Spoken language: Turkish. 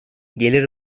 gelir